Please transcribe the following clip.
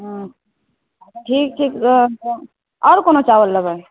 हँ ठीक ठीक आओर कोनो चाबल लेबै